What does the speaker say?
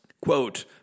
Quote